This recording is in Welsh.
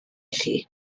chi